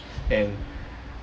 and